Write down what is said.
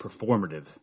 performative